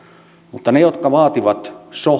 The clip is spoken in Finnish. mutta niille jotka vaativat so